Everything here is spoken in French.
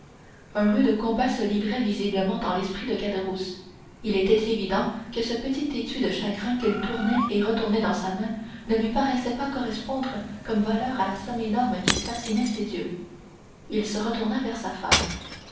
un rude combat se livrait visiblement dans l'esprit de caderousse il était évident que ce petit étui de chagrin qu'il tournait et retournait dans sa main ne lui paraissait pas correspondre comme valeur à la somme énorme qui fascinait ses yeux il se retourna vers sa femme